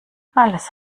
alles